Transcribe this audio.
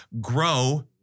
grow